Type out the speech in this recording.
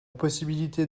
possibilité